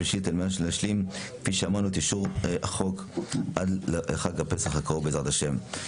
ושלישית על מנת להשלים את אישור החוק עד לחג הפסח הקרוב בעזרת השם.